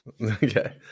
Okay